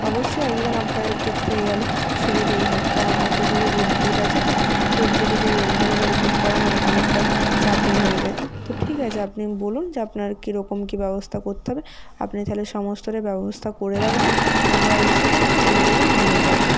অবশ্যই একজন আপনাদের দিক থেকে গেলে সুবিধেই হয় কারণ এতোগুলো রোড ট্রিপ আছে তো রোড ট্রিপেতে রেন্টাল গাড়ি বুক করা মানে অনেকটাই চাপের হয়ে যায় তো ঠিক আছে আপনি বলুন যে আপনার কী রকম কী ব্যবস্থা করতে হবে আপনি তাহলে সমস্তটা ব্যবস্থা করে রাখবেন আমরা এসে কিন্তু এই দিনে নিয়ে যাবো